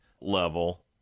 level